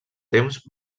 temps